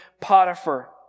Potiphar